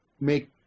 make